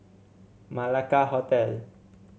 Malacca Hotel